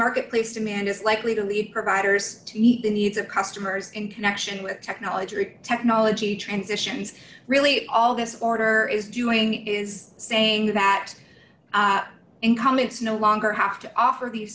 marketplace demand is likely to lead providers to meet the needs of customers in connection with technology technology transitions really all this order is doing is saying that income it's no longer have to offer these